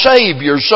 Savior